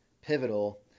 pivotal